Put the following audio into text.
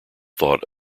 thought